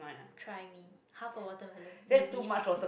try me half a watermelon maybe